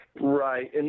Right